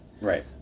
right